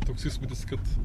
toks įspūdis kad